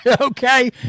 Okay